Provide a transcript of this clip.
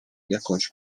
jakąś